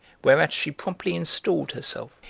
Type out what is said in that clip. whereat she promptly installed herself,